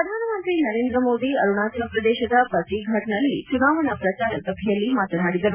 ಪ್ರಧಾನಮಂತ್ರಿ ನರೇಂದ್ರ ಮೋದಿ ಅರುಣಾಚಲಪ್ರದೇಶದ ಪಸಿಘಾಟ್ನಲ್ಲಿ ಚುನಾವಣಾ ಪ್ರಚಾರ ಸಭೆಯಲ್ಲಿ ಮಾತನಾಡಿದರು